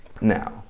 now